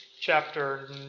chapter